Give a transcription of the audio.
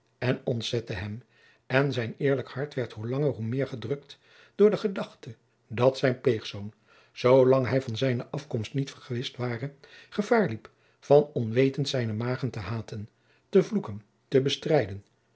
en ontzette hem en zijn eerlijk hart werd hoe langer hoe meer gedrukt door de gedachte dat zijn pleegzoon zoolang hij van zijne afkomst niet vergewist ware gevaar liep van onwetend zijne magen te haten te vloeken te bestrijden